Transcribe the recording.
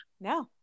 no